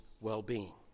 well-being